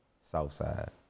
Southside